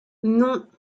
non